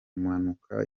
mpanuka